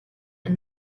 and